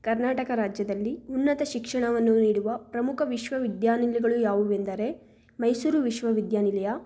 ಕರ್ನಾಟಕ ರಾಜ್ಯದಲ್ಲಿ ಉನ್ನತ ಶಿಕ್ಷಣವನ್ನು ನೀಡುವ ಪ್ರಮುಖ ವಿಶ್ವವಿದ್ಯಾನಿಲಯಗಳು ಯಾವುವೆಂದರೆ ಮೈಸೂರು ವಿಶ್ವವಿದ್ಯಾನಿಲಯ